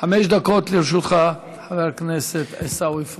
חמש דקות לרשותך, חבר הכנסת עיסאווי פריג'.